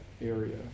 area